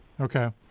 Okay